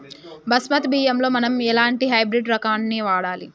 బాస్మతి బియ్యంలో మనం ఎలాంటి హైబ్రిడ్ రకం ని వాడాలి?